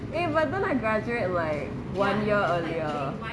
eh but then I graduate like one year earlier